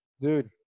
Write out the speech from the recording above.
Dude